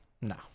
no